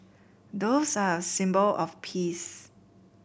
doves are a symbol of peace